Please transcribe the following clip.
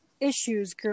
issues